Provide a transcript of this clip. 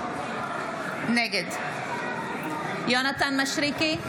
נגד יונתן מישרקי,